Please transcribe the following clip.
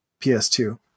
PS2